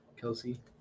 Kelsey